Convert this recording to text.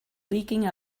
leaking